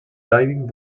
diving